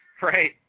Right